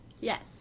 Yes